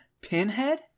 pinhead